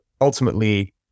ultimately